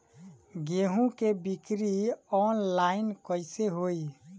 गेहूं के बिक्री आनलाइन कइसे होई?